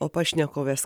o pašnekoves